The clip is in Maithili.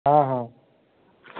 हँ हँ